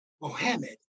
Mohammed